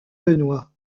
benoît